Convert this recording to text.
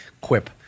quip